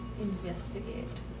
investigate